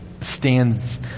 stands